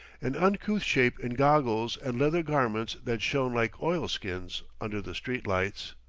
an uncouth shape in goggles and leather garments that shone like oilskins under the street lights.